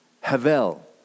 havel